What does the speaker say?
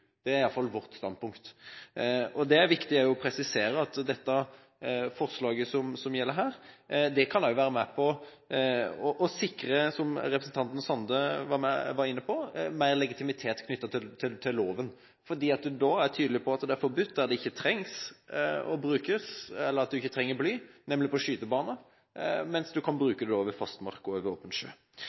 Det er i hvert fall vårt standpunkt. Det er viktig å presisere at det forslaget som ligger her, kan være med på å sikre, som også representanten Sande var inne på, mer legitimitet knyttet til loven, for da er man tydelig på at det er forbudt der man ikke trenger å bruke bly, nemlig på skytebaner, mens man kan bruke blyhagl over fast mark og over åpen sjø.